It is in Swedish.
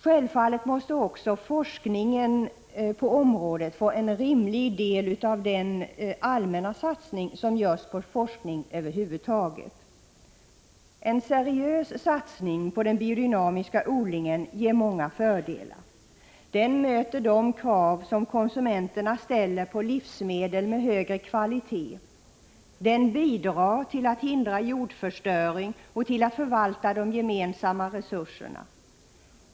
Självfallet måste också forskningen på området få en rimlig del av den allmänna satsning som görs på forskning över huvud taget. En seriös satsning på den biodynamiska odlingen ger många fördelar. Den möter de krav konsumenterna ställer på livsmedel med högre kvalitet. Den bidrar till att hindra jordförstöring och till att förvalta de gemensamma resurserna.